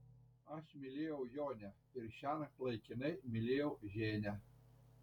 aš mylėjau jonę ir šiąnakt laikinai mylėjau ženią